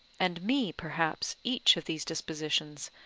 and me perhaps each of these dispositions,